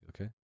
Okay